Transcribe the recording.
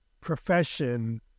profession